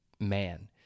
man